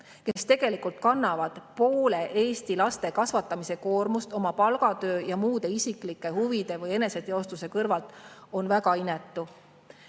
kes tegelikult kannavad poolte Eesti laste kasvatamise koormust oma palgatöö ja muude isiklike huvide või eneseteostuse kõrvalt –, on väga inetu.